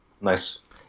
Nice